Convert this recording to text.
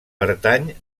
pertany